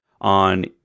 on